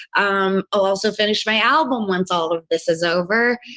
um i'll also finished my album once all of this is over.